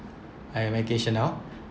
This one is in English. I have medication now